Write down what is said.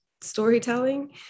storytelling